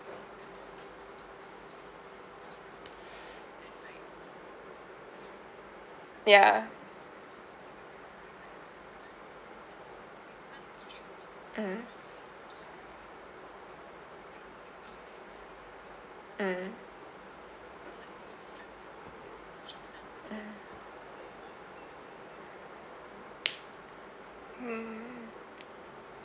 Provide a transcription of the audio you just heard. ya mm mm mm hmm